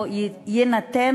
או יינתן,